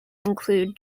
include